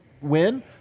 win